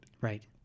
right